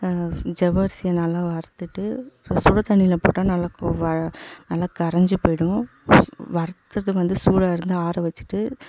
ஜவ்வரிசியை நல்லா வறுத்துவிட்டு அதை சுடு தண்ணியில் போட்டால் நல்லா நல்லா கரைஞ்சுப் போய்டும் வறுத்தது வந்து சூடாக இருந்தால் ஆற வைச்சிட்டு